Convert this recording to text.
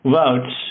votes